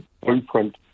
blueprint